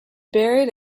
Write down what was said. buried